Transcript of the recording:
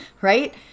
Right